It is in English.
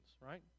right